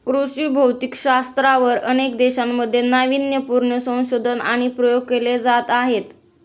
कृषी भौतिकशास्त्रावर अनेक देशांमध्ये नावीन्यपूर्ण संशोधन आणि प्रयोग केले जात आहेत